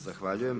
Zahvaljujem.